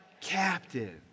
captive